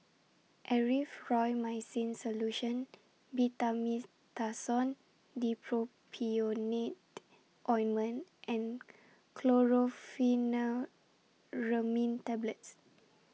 Erythroymycin Solution Betamethasone Dipropionate Ointment and Chlorpheniramine Tablets